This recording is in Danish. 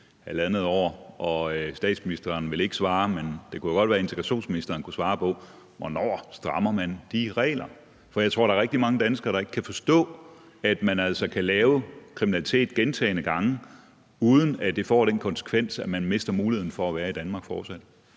halvandet år, og statsministeren ville ikke svare, men det kunne jo godt være, at udlændinge- og integrationsministeren kunne svare på, hvornår man strammer de regler. For jeg tror, der er rigtig mange danskere, der ikke kan forstå, at man altså kan lave kriminalitet gentagne gange, uden at det får den konsekvens, at man mister muligheden for at være i Danmark fortsat.